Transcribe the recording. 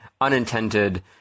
unintended